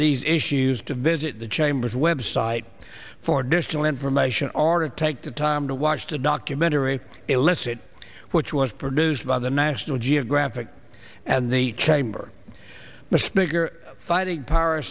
these issues to visit the chambers website for additional information or to take the time to watch the documentary elicit which was produced by the national geographic and the chamber missed bigger fighting p